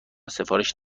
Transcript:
سفارش